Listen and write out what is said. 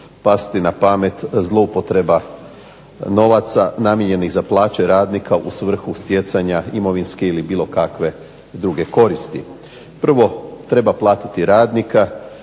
pasti na pamet zloupotreba novaca namijenjenih za plaće radnika u svrhu stjecanja imovinske ili bilo kakve druge koristi. Prvo treba platiti radnika